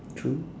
true